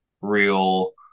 real